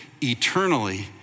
eternally